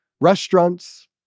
restaurants